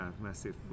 massive